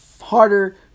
harder